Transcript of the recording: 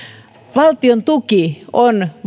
valtiontuki on